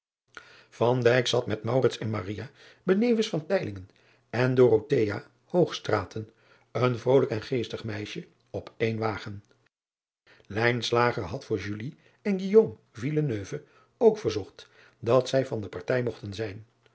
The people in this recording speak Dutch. zat met en benevens en een vrolijk en geestig meisje op een wagen had voor en ook verzocht dat zij van de partij mogten zijn